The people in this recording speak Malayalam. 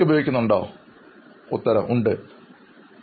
അഭിമുഖം സ്വീകരിക്കുന്നയാൾ അതെ